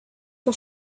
but